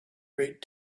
great